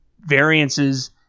variances